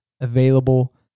available